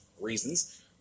reasons